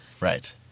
Right